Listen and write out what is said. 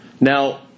Now